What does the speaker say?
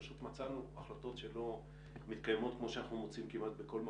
פשוט מצאנו החלטות שלא מתקיימות כמו שאנחנו מוצאים כמעט בכל מקום.